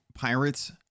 pirates